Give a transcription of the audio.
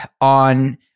on